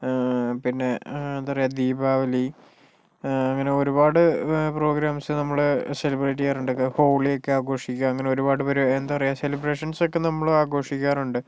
പിന്നെ എന്താ പറയുക ദീപാവലി അങ്ങനെ ഒരുപാട് പ്രോഗ്രാംസ് നമ്മുടെ സെലിബ്രേറ്റ് ചെയ്യാറുണ്ട് ഹോളിയൊക്കെ ആഘോഷിക്കുക അങ്ങനെ ഒരുപാട് എന്താ പറയുക സെലിബ്രേഷൻസൊക്കെ നമ്മളും ആഘോഷിക്കാറുണ്ട്